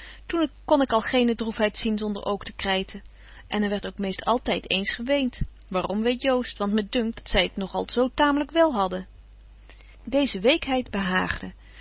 toen kon ik al geene droefheid zien zonder ook te kryten en er werdt ook meest altyd eens geweent waarom weet joost want me dunkt dat zy het nog al zo taamlyk wél hadden deeze weekbetje